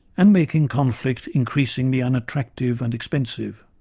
and making conflict increasingly unattractive and expensive.